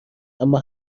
اما